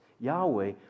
Yahweh